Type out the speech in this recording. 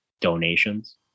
donations